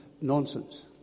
nonsense